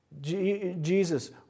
Jesus